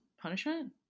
punishment